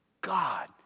God